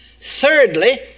Thirdly